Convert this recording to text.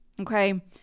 okay